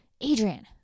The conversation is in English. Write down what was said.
Adrian